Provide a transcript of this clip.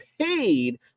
paid